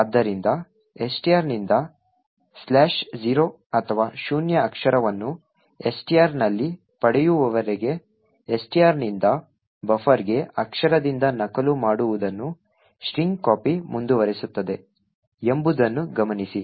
ಆದ್ದರಿಂದ STR ನಿಂದ 0 ಅಥವಾ ಶೂನ್ಯ ಅಕ್ಷರವನ್ನು STR ನಲ್ಲಿ ಪಡೆಯುವವರೆಗೆ STR ನಿಂದ ಬಫರ್ಗೆ ಅಕ್ಷರದಿಂದ ನಕಲು ಮಾಡುವುದನ್ನು strcpy ಮುಂದುವರಿಸುತ್ತದೆ ಎಂಬುದನ್ನು ಗಮನಿಸಿ